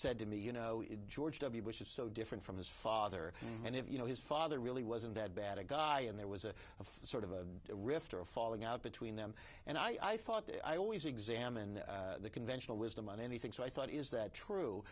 said to me you know george w bush is so different from his father and if you know his father really wasn't that bad a guy and there was a sort of a rift or a falling out between them and i thought i always examine the conventional wisdom on anything so i thought is that true